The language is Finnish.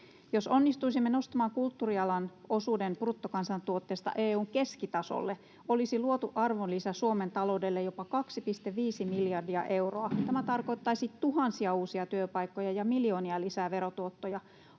Jos onnistuisimme nostamaan kulttuurialan osuuden bruttokansantuotteesta EU:n keskitasolle, olisi luotu arvonlisä Suomen taloudelle jopa 2,5 miljardia euroa. Tämä tarkoittaisi tuhansia uusia työpaikkoja ja miljoonia lisää verotuottoja.